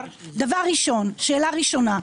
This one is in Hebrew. דבר ראשון, שאלה ראשונה,